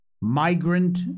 Migrant